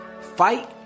Fight